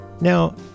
Now